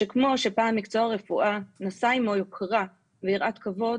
שכמו שפעם מקצוע הרפואה נשא עימו יוקרה ויראת כבוד,